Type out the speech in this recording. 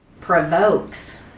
Provokes